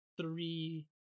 Three